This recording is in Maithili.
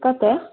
कतऽ